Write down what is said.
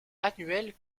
annuel